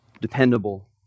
dependable